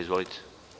Izvolite.